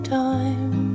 time